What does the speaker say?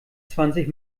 zwanzig